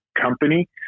company